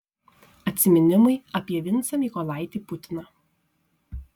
atsiminimai apie vincą mykolaitį putiną